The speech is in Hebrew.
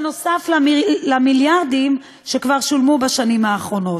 נוסף על המיליארדים שכבר שולמו בשנים האחרונות.